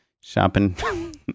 shopping